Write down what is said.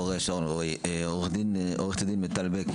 עורכת הדין מיטל בק,